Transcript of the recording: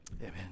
Amen